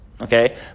okay